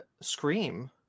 Scream